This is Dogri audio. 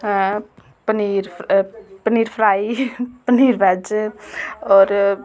पनीर पनीर फ्राई पनीर वैज्ज और